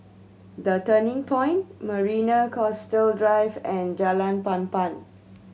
The Turning Point Marina Coastal Drive and Jalan Papan